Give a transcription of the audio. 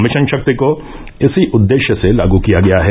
mission Shakti को इसी उददेश्य से लागू किया गया है